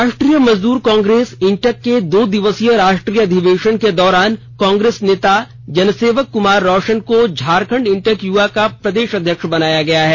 राष्ट्रीय मजदूर कांग्रेस इंटक के दो दिवसीय राष्ट्रीय अधिवेशन के दौरान कांग्रेस नेता जनसेवक कुमार रौशन को झारखंड इंटक युवा का प्रदेश अध्यक्ष बनाया गया है